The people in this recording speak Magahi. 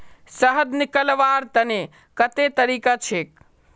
शहद निकलव्वार तने कत्ते तरीका छेक?